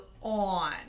on